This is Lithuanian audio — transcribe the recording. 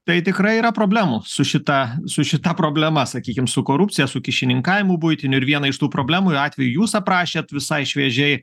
tai tikrai yra problemų su šita su šita problema sakykim su korupcija su kyšininkavimu buitiniu ir vieną iš tų problemų ir atvejų jūs aprašėt visai šviežiai